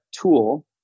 tool